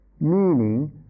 meaning